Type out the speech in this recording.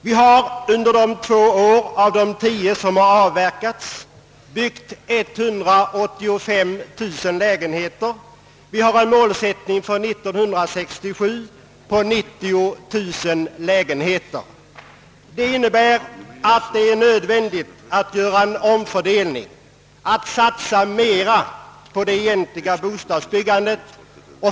Vi har under de två år som gått av dessa tio kunnat bygga 185 000 lägenheter. Vi har en målsättning för 1967 på 90 000 lägenheter. Det innebär att det är nödvändigt att göra en omfördelning, att satsa mera på det egentliga bostadsbyggandet.